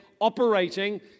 operating